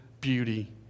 beauty